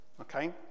Okay